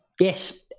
yes